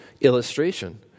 illustration